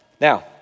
Now